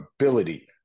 ability